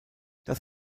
das